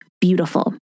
beautiful